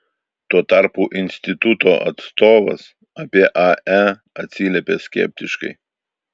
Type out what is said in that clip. tuo tarpu instituto atstovas apie ae atsiliepė skeptiškai